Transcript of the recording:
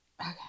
Okay